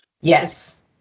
Yes